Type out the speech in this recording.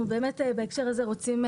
בהקשר הזה אנחנו רוצים,